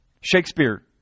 Shakespeare